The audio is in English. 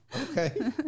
Okay